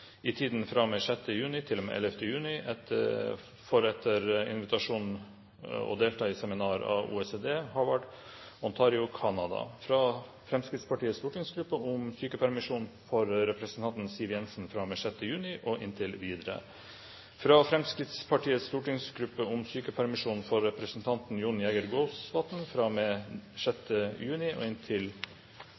i tiden fra og med 6. juni til og med 11. juni for etter invitasjon å delta i seminar i regi av OECD og Harvard i Ontario, Canada fra Fremskrittspartiets stortingsgruppe om sykepermisjon for representanten Siv Jensen fra og med 6. juni og inntil videre fra Fremskrittspartiets stortingsgruppe om sykepermisjon for representanten Jon Jæger Gåsvatn fra og med 6. juni og